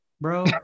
bro